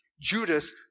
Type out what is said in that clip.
Judas